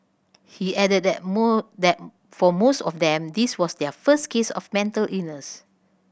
he added that more that for most of them this was their first case of mental illness